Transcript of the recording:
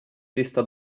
sista